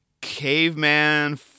caveman